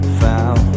found